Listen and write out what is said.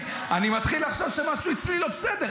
אני מתחיל לחשוב שמשהו אצלי לא בסדר,